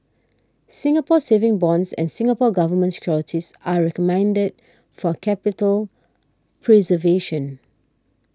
Singapore Savings Bonds and Singapore Government Securities are recommended for capital preservation